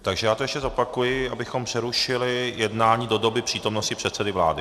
Takže já to ještě zopakuji, abychom přerušili jednání do doby přítomnosti předsedy vlády.